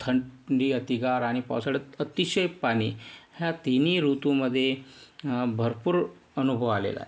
थंडी अतिगार आणि पावसाळ्यात अतिशय पाणी ह्या तिन्ही ऋतूमध्ये भरपूर अनुभव आलेला आहे